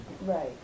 right